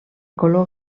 color